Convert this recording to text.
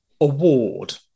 award